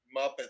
Muppets